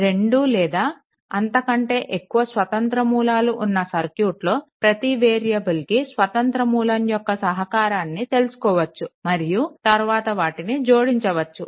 2 లేదా అంతకంటే ఎక్కువ స్వతంత్ర మూలాలు ఉన్న ఒక సర్క్యూట్లో ప్రతి వేరియబుల్ కి స్వతంత్ర మూలం యొక్క సహకారాన్ని తెలుసుకొవచ్చు మరియు తరువాత వాటిని జోడించవచ్చు